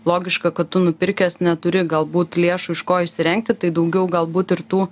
logiška kad tu nupirkęs neturi galbūt lėšų iš ko išsirengti tai daugiau galbūt ir tų